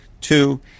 Two